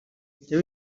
jya